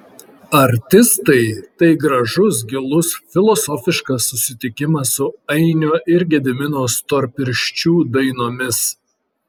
artistai tai gražus gilus filosofiškas susitikimas su ainio ir gedimino storpirščių dainomis